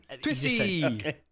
Twisty